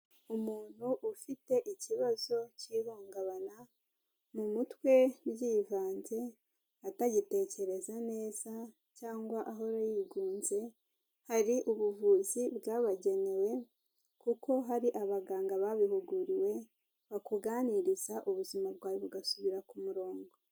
Umuntu ufite ikibazo cy'ihungabana, mu mutwe byivanze, atagitekereza neza cyangwa ahora yigunze, hari ubuvuzi bwabagenewe kuko hari abaganga babihuguriwe, bakuganiriza, ubuzima bwawe bugasubira ku murongo.